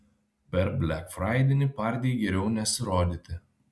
per blekfraidienį pardėj geriau nesirodyti